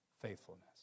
faithfulness